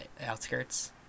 outskirts